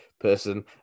person